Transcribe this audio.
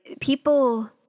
people